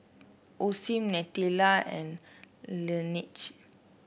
Osim Nutella and Laneige